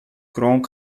grand